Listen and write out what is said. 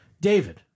David